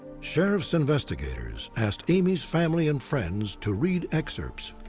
sheriff's investigators asked amy's family and friends to read excerpts.